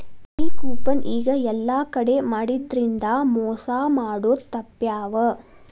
ಈ ಕೂಪನ್ ಈಗ ಯೆಲ್ಲಾ ಕಡೆ ಮಾಡಿದ್ರಿಂದಾ ಮೊಸಾ ಮಾಡೊದ್ ತಾಪ್ಪ್ಯಾವ